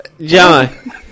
John